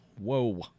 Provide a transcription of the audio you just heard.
Whoa